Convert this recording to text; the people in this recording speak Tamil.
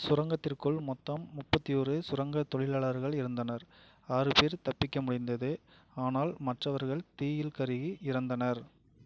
சுரங்கத்திற்குள் மொத்தம் முப்பத்தியொரு சுரங்கத் தொழிலாளர்கள் இருந்தனர் ஆறு பேர் தப்பிக்க முடிந்தது ஆனால் மற்றவர்கள் தீயில் கருகி இறந்தனர்